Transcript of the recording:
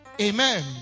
Amen